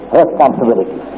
responsibility